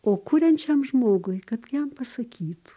o kuriančiam žmogui kad jam pasakytų